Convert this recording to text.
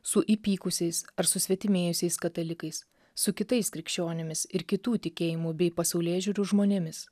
su įpykusiais ar susvetimėjusios katalikais su kitais krikščionimis ir kitų tikėjimų bei pasaulėžiūrų žmonėmis